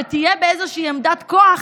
כשתהיה באיזושהי עמדת כוח,